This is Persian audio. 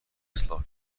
اصلاح